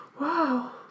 Wow